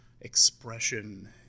expression